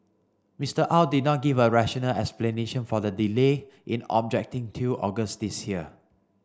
Mister Au did not give a rational explanation for the delay in objecting till August this year